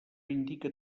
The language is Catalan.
indica